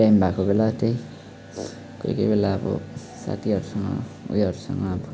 time भएको बेला त्यही कोही कोही बेला अब साथीहरूसँग उयोहरूसँग अब